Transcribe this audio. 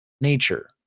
nature